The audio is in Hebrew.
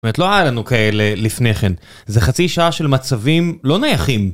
זאת אומרת לא היה לנו כאלה לפני כן, זה חצי שעה של מצבים לא נייחים.